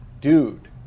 dude